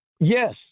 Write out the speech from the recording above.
Yes